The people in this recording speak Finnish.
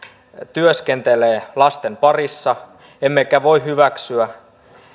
työskentelee lasten parissa emmekä voi hyväksyä